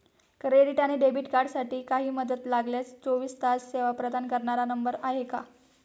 Credit आणि debit कार्डसाठी काही मदत लागल्यास चोवीस तास सेवा प्रदान करणारा नंबर आहे का?